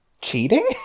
Cheating